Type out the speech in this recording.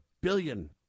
billion